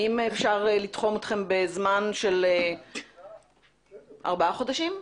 האם אפשר לתחום אתכם בזמן של ארבעה חודשים?